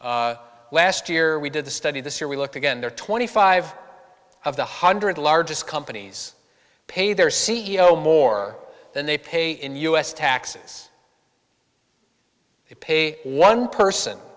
last year we did the study this year we looked again there twenty five of the hundred largest companies pay their c e o more than they pay in u s taxes they pay one person